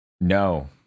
No